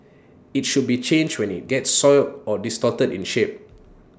IT should be changed when IT gets soiled or distorted in shape